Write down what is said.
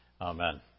Amen